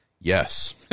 yes